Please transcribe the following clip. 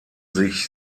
sich